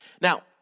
Now